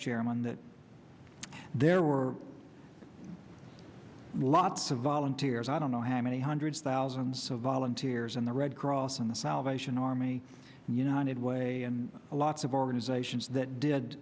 chairman that there are lots of volunteers i don't know how many hundreds thousands of volunteers in the red cross in the salvation army united way and lots of organizations that did